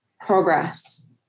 progress